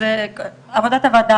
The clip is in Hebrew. עבודת הוועדה,